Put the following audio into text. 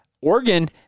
Oregon